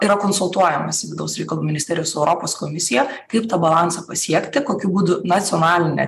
yra konsultuojamas vidaus reikalų ministerijos europos komisija kaip tą balansą pasiekti kokiu būdu nacionalinę